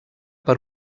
per